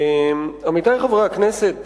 עמיתי חברי הכנסת,